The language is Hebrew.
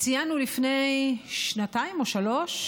ציינו לפני שנתיים או שלוש,